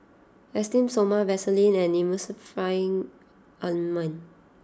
Esteem Stoma Vaselin and Emulsying Ointment